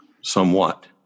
somewhat